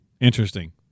interesting